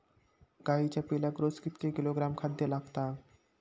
गाईच्या पिल्लाक रोज कितके किलोग्रॅम खाद्य लागता?